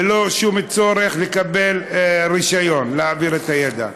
ללא שום צורך לקבל רישיון להעביר את הידע.